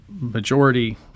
majority